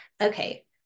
Okay